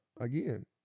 again